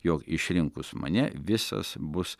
jog išrinkus mane visas bus